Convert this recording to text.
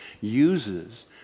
uses